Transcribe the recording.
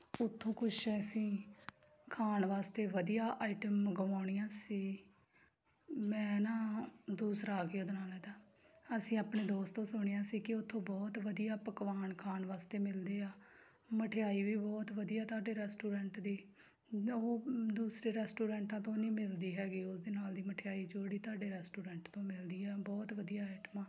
ਉੱਥੋਂ ਕੁਛ ਅਸੀ ਖਾਣ ਵਾਸਤੇ ਵਧੀਆ ਆਈਟਮ ਮੰਗਵਾਉਣੀਆਂ ਸੀ ਮੈਂ ਨਾ ਦੂਸਰਾ ਅਸੀਂ ਆਪਣੇ ਦੋਸਤ ਤੋਂ ਸੁਣਿਆ ਸੀ ਕਿ ਉੱਥੋਂ ਬਹੁਤ ਵਧੀਆ ਪਕਵਾਨ ਖਾਣ ਵਾਸਤੇ ਮਿਲਦੇ ਆ ਮਠਿਆਈ ਵੀ ਬਹੁਤ ਵਧੀਆ ਤੁਹਾਡੇ ਰੈਸਟੋਰੈਂਟ ਦੀ ਉਹ ਦੂਸਰੇ ਰੈਸਟੋਰੈਂਟਾਂ ਤੋਂ ਨਹੀਂ ਮਿਲਦੀ ਹੈਗੀ ਉਹਦੇ ਨਾਲ ਦੀ ਮਠਿਆਈ ਜਿਹੜੀ ਤੁਹਾਡੇ ਰੈਸਟੋਰੈਂਟ ਤੋਂ ਮਿਲਦੀ ਆ ਬਹੁਤ ਵਧੀਆ ਆਈਟਮਾਂ